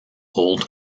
old